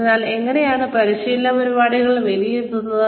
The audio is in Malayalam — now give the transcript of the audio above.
ഇപ്പോൾ നിങ്ങൾ എങ്ങനെയാണ് പരിശീലന പരിപാടികൾ വിലയിരുത്തുന്നത്